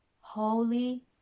holy